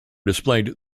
displayed